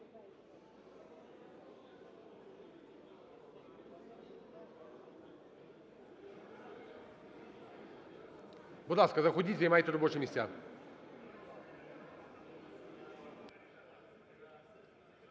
ласка, заходіть, займайте робочі місця.